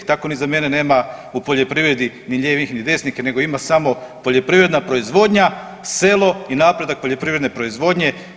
Tako ni za mene nema u poljoprivredi ni lijevih, ni desnih nego ima samo poljoprivredna proizvodnja, selo i napredak poljoprivredne proizvodnje.